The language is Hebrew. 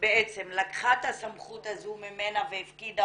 בעצם לקחה את הסמכות הזו ממנה והפקידה